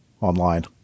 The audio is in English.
online